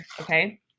okay